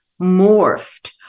morphed